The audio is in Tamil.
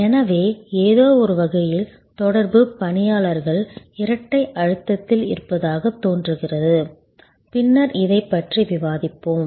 எனவே ஏதோ ஒரு வகையில் தொடர்பு பணியாளர்கள் இரட்டை அழுத்தத்தில் இருப்பதாகத் தோன்றுகிறது பின்னர் இதைப் பற்றி விவாதிப்போம்